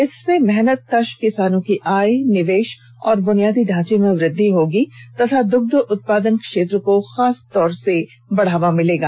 इससे मेहनतकश किसानों की आय निवेश और बुनियादी ढांचे में वृद्धि होगी तथा दुग्ध उत्पादन क्षेत्र को खासतौर से बढ़ावा मिलेगा